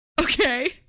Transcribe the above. Okay